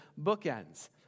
bookends